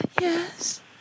Yes